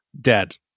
dead